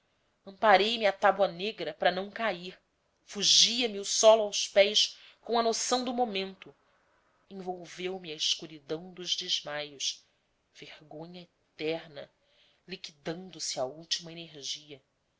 desconhecidos ampareime à tábua negra para não cair fugia me o solo aos pés com a noção do momento envolveume a escuridão dos desmaios vergonha eterna liquidando se a última energia